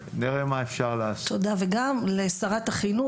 הם כולם קשרים שנוצרו על ידי חבר שמביא חבר,